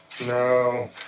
No